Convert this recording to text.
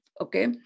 okay